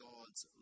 God's